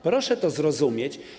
Proszę to zrozumieć.